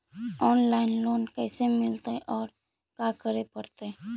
Online loan कैसे मिलतै औ का करे पड़तै?